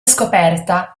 scoperta